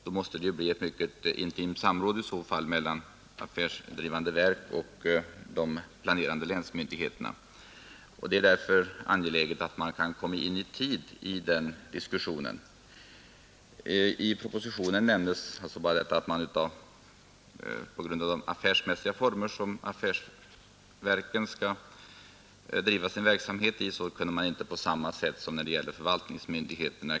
Då måste det etableras ett mycket intimt samråd mellan affärsdrivande verk och de planerande länsmyndigheterna, och då är det verkligen angeläget att man i tid kommer in i den diskussionen, I svaret sägs att på grund av de affärsmässiga former som de affärsdrivande verken skall bedriva sin verksamhet i kan man inte knyta upp deras handläggning på samma sätt som när det gäller förvaltningsmyndigheterna.